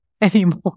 anymore